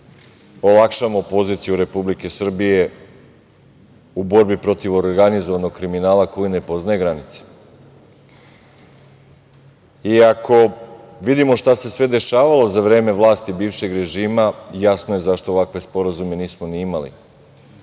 olakšamo poziciju Republike Srbije u borbi protiv organizovanog kriminala, koji ne poznaje granice. Ako vidimo šta se sve dešavalo za vreme vlasti bivšeg režima, jasno je zašto ovakve sporazume nismo ni imali